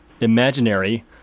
imaginary